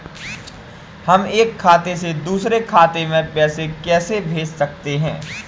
हम एक खाते से दूसरे खाते में पैसे कैसे भेज सकते हैं?